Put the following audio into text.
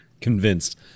convinced